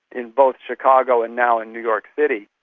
in both chicago and now in new york city.